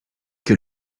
que